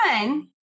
one